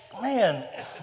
man